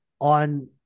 on